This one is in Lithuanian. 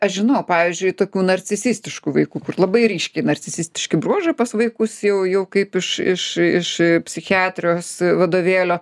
aš žinau pavyzdžiui tokių narcisistiškų vaikų kur labai ryškiai narcisistiški bruožai pas vaikus jau jau kaip iš iš iš psichiatrijos vadovėlio